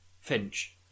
Finch